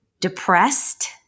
depressed